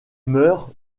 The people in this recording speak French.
mœurs